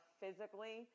physically